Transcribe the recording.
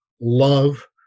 love